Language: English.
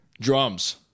Drums